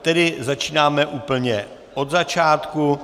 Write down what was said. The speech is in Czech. Tedy začínáme úplně od začátku.